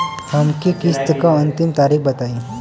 हमरे किस्त क अंतिम तारीख बताईं?